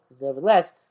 nevertheless